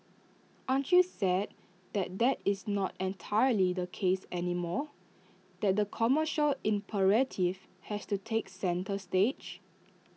aren't you sad that that is not entirely the case anymore that the commercial imperative has to take centre stage